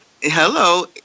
Hello